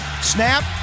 Snap